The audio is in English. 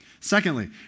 Secondly